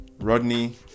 Rodney